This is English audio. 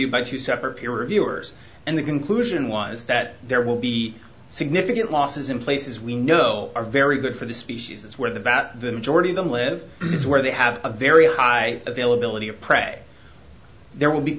reviewed by two separate peer reviewers and the conclusion was that there will be significant losses in places we know are very good for the species as where that the majority of them live is where they have a very high availability of prey there will be